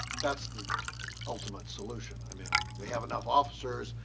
that's the ultimate solution. i mean we have enough officers,